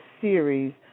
series